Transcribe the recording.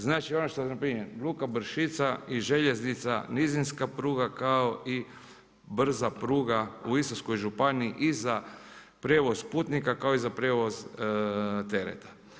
Znači ono što sam prije luka Bršica i željeznica nizinska pruga kao i brza pruga u Istarskoj županiji i za prijevoz putnika kao i za prijevoz tereta.